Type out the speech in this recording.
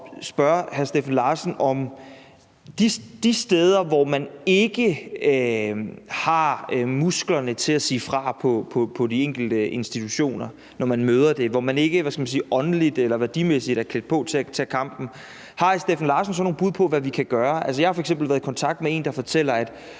spørge hr. Steffen Larsen om de steder, hvor man ikke har musklerne til at sige fra, når man møder det på de enkelte institutioner, og hvor man ikke, hvad skal man sige, åndeligt eller værdimæssigt er klædt på til at tage kampen. Har hr. Steffen Larsen så nogle bud på, hvad vi kan gøre? Altså, jeg har f.eks. været i kontakt med en, der fortæller, at